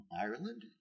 Ireland